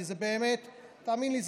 כי תאמין לי,